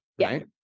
Right